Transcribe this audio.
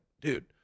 dude